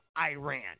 Iran